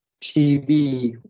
TV